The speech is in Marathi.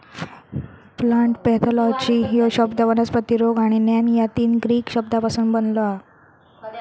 प्लांट पॅथॉलॉजी ह्यो शब्द वनस्पती रोग आणि ज्ञान या तीन ग्रीक शब्दांपासून बनलो हा